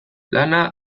lana